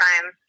time